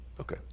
Okay